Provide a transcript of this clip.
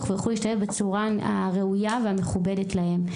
ויוכלו להשתלב בצורה ראויה ומכובדת להם.